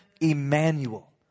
Emmanuel